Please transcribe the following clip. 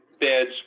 beds